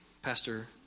Pastor